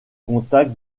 contact